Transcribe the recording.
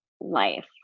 life